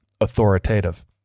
authoritative